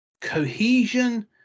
cohesion